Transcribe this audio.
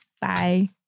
Bye